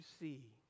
see